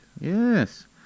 Yes